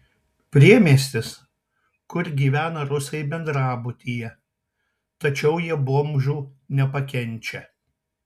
priemiestis kur gyvena rusai bendrabutyje tačiau jie bomžų nepakenčia